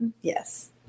Yes